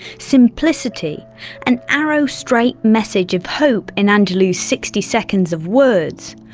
simplicity and arrow-straight message of hope in angelou's sixty seconds of words,